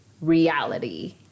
reality